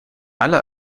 alle